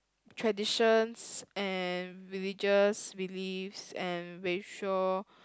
traditions and religious beliefs and ratio